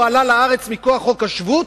והוא עלה לארץ מכוח חוק השבות.